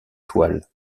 toile